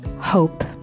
Hope